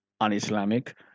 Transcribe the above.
un-Islamic